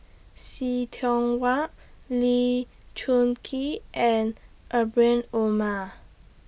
See Tiong Wah Lee Choon Kee and Rahim Omar